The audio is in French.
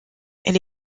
elle